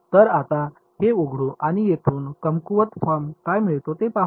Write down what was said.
तर आता हे उघडू आणि येथून कमकुवत फॉर्म काय मिळतो ते पाहू